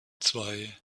zwei